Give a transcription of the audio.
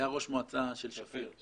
היה ראש מועצה של שפיר.